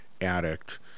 addict